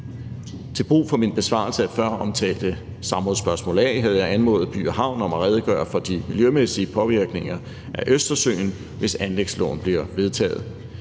Til brug for min besvarelse af føromtalte samrådsspørgsmål A havde jeg anmodet By & Havn om at redegøre for de miljømæssige påvirkninger af Østersøen, hvis anlægsloven bliver vedtaget.